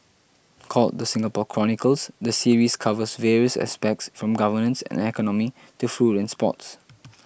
called the Singapore Chronicles the series covers various aspects from governance and economy to food and sports